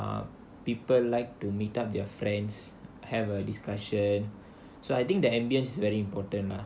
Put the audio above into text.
ah people like to meet up their friends have a discussion so I think the ambience is very important lah